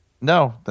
No